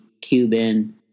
cuban